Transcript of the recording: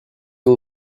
nom